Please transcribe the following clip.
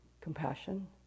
compassion